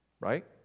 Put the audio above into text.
Right